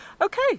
Okay